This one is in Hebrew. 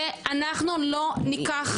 זה אנחנו לא ניקח.